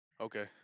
Okay